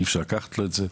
אי אפשר לקחת לו את זה.